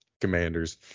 Commanders